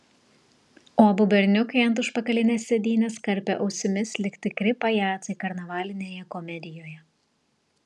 o abu berniukai ant užpakalinės sėdynės karpė ausimis lyg tikri pajacai karnavalinėje komedijoje